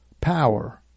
power